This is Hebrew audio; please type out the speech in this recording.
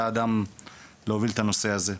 אתה האדם להוביל את הנושא הזה.